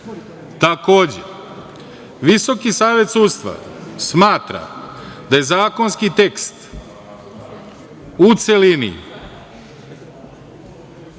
Takođe, Visoki savet sudstva smatra da je zakonski tekst u celini